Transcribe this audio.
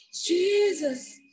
Jesus